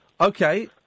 Okay